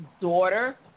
daughter